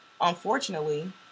Unfortunately